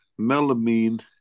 melamine